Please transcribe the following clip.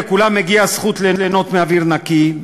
לכולם מגיעה הזכות ליהנות מאוויר נקי,